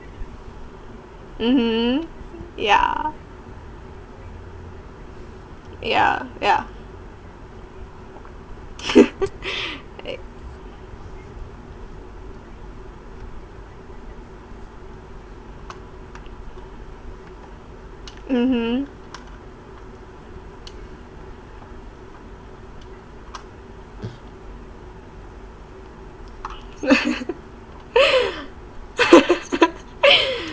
mmhmm ya ya ya mmhmm